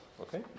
okay